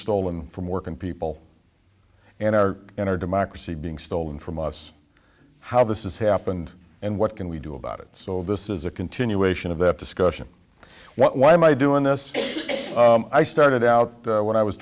stolen from working people and our in our democracy being stolen from us how this is happened and what can we do about it so this is a continuation of that discussion why am i doing this i started out when i was